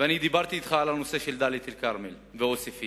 ואני דיברתי אתך על הנושא של דאלית-אל-כרמל ועוספיא.